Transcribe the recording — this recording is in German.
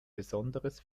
besonderes